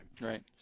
Right